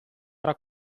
era